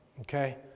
Okay